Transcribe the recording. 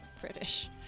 British